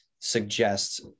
suggest